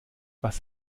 was